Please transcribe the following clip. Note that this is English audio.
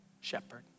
shepherd